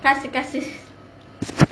காசு காசு:kaasu kaasu